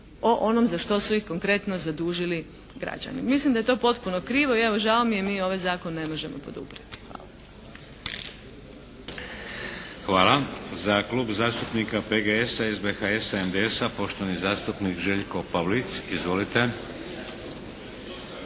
o onom za što su ih konkretno zadužili građani. Mislim da je to potpuno krivo. I evo žao mi je mi ovaj zakon ne možemo poduprijeti. Hvala. **Šeks, Vladimir (HDZ)** Hvala. Za Klub zastupnika PGS-a, SBHS-a, MDS-a poštovani zastupnik Željko Pavlic. Izvolite.